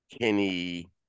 Kenny